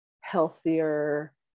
healthier